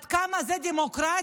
עד כמה שזה דמוקרטי.